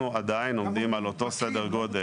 אנחנו עדיין עומדים על אותו סדר גודל.